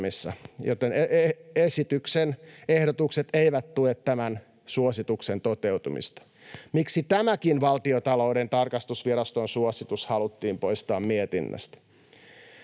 joten esityksen ehdotukset eivät tue tämän suosituksen toteutumista.” Miksi tämäkin Valtiontalouden tarkastusviraston suositus haluttiin poistaa mietinnöstä?